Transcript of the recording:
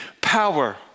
power